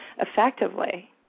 effectively